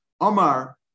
Omar